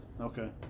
Okay